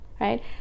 right